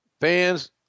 fans